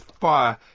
fire